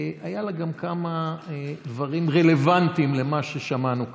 היו בה גם כמה דברים רלוונטיים למה ששמענו כאן.